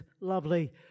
lovely